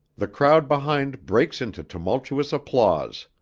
the crowd behind breaks into tumultuous applause.